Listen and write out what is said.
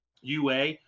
UA